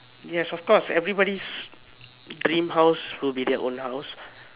yes of course everybody's dream house will be their own house